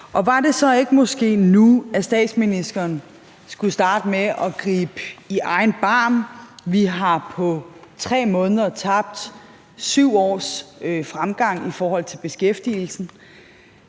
Var det så måske ikke nu, at statsministeren skulle starte med at gribe i egen barm? Vi har på 3 måneder tabt 7 års fremgang i beskæftigelsen.